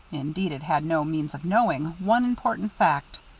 indeed it had no means of knowing, one important fact.